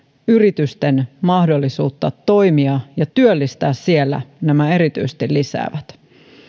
yritysten mahdollisuutta toimia ja työllistää siellä nämä erityisesti lisäävät